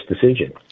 decision